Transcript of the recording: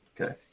Okay